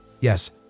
Yes